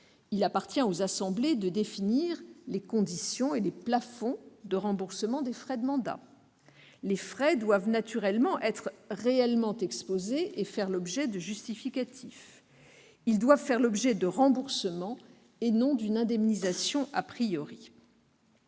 il appartient aux assemblées de définir les conditions et les plafonds de remboursement des frais de mandats ; les frais doivent naturellement être réellement exposés et faire l'objet de justificatifs ; ils doivent faire l'objet de remboursements et non d'une indemnisation. Nous